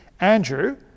andrew